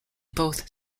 both